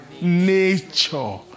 nature